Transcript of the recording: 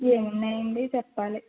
ఏమున్నాయండి చెప్పాలి